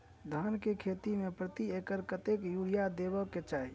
धान केँ खेती मे प्रति एकड़ कतेक यूरिया देब केँ चाहि?